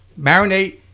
marinate